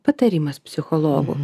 patarimas psichologų